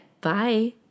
Bye